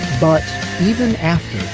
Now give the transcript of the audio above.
but even after